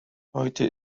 heute